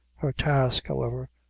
her task, however,